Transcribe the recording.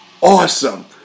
awesome